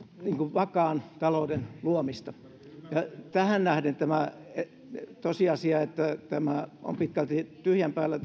vakaan talouden luomista tähän nähden se tosiasia että tämä vaihtoehtobudjetti on pitkälti tyhjän päällä